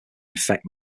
infect